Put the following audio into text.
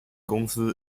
公司